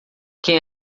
quem